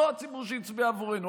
לא הציבור שהצביע עבורנו,